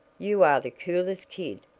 you are the coolest kid,